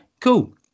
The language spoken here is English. Cool